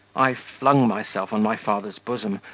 i flung myself on my father's bosom,